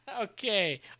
Okay